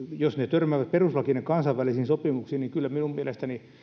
törmäävät perustuslakiin ja kansainvälisiin sopimuksiin niin kyllä minun mielestäni